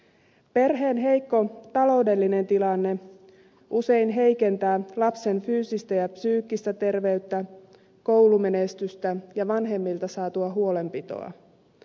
perheen heikko taloudellinen tilanne usein heikentää lapsen fyysistä ja psyykkistä terveyttä koulumenestystä ja vanhemmilta saatua huolenpitoa